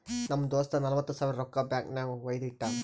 ನಮ್ ದೋಸ್ತ ನಲ್ವತ್ ಸಾವಿರ ರೊಕ್ಕಾ ಬ್ಯಾಂಕ್ ನಾಗ್ ವೈದು ಇಟ್ಟಾನ್